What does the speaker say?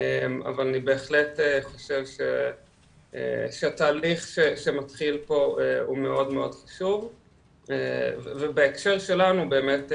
אבל אני בהחלט חושב שהתהליך שמתחיל פה הוא מאוד חשוב ובהקשר שלנו באמת,